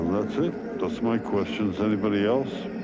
that's it. that's my questions. anybody else?